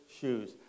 shoes